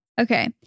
Okay